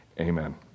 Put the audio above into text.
amen